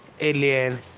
alien